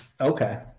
Okay